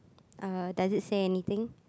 uh does it say anything